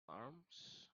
arms